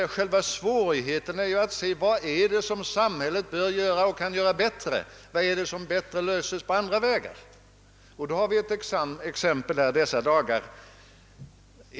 Själva svårigheten är ju att avgöra: Vad är det som samhället bör göra och kan göra bättre? Vad är det som bättre ordnas på andra vägar? Vi har i dessa dagar fått ett exempel.